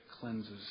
cleanses